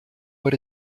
but